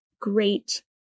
great